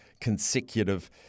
consecutive